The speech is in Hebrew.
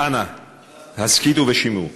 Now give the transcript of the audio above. אנא הסכיתו ושמעו.